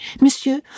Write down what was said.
Monsieur